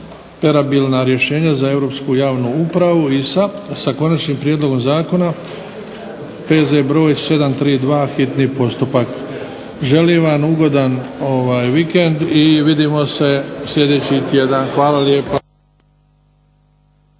interoperabilna rješenja za europsku javnu upravu (ISA) sa konačnim prijedlogom zakona, P.Z. br. 732, hitni postupak. Želim vam ugodan vikend i vidimo se sljedeći tjedan. Hvala lijepa.